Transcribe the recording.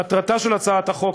מטרתה של הצעת החוק,